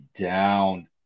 down